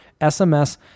SMS